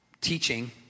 teaching